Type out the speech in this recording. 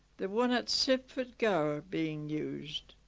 the one at sibford gower being used